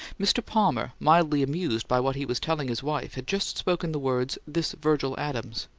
mr. palmer, mildly amused by what he was telling his wife, had just spoken the words, this virgil adams.